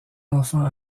enfants